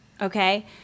okay